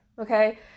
okay